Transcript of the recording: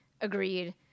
Agreed